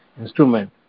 instrument